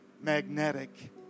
magnetic